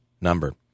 number